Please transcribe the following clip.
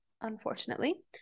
Unfortunately